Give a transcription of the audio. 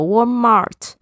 Walmart